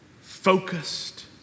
focused